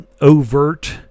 overt